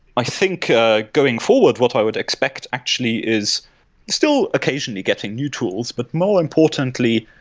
i think ah going forward, what i would expect actually is still occasionally getting new tools, but more importantly